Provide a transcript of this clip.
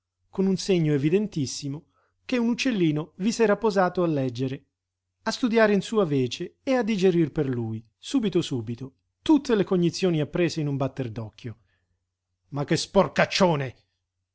con un segno evidentissimo che un uccellino vi s'era posato a leggere a studiare in sua vece e a digerir per lui subito subito tutte le cognizioni apprese in un batter d'occhio ma che sporcaccione